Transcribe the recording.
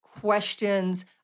questions